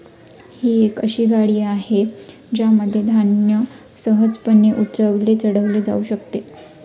ही एक अशी गाडी आहे ज्यामध्ये धान्य सहजपणे उतरवले चढवले जाऊ शकते